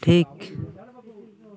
ᱴᱷᱤᱠ